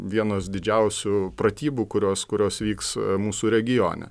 vienos didžiausių pratybų kurios kurios vyks mūsų regione